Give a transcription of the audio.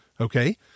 Okay